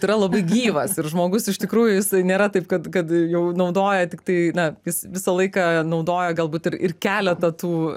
yra labai gyvas ir žmogus iš tikrųjų jisai nėra taip kad kad jau naudoja tiktai na jis visą laiką naudoja galbūt ir ir keletą tų